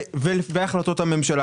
והחלטות הממשלה.